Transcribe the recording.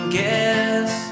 guess